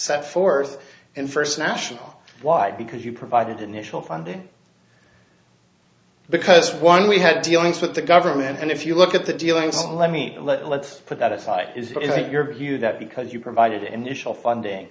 set forth in first national wide because you provided initial funding because one we had dealings with the government and if you look at the dealings let me let let's put that aside is it your view that because you provided initial funding